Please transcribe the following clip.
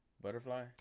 Butterfly